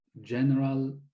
general